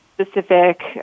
specific